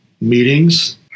meetings